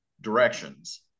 directions